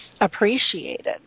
appreciated